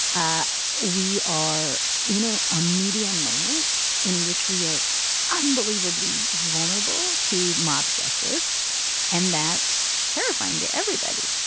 ah we are in a ah media moment in which we are unbelievably vulnerable to mob justice and that's terrifying to everybody.